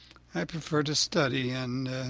i prefer to study and